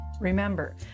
Remember